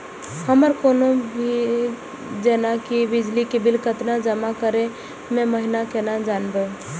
हमर कोनो भी जेना की बिजली के बिल कतैक जमा करे से पहीले केना जानबै?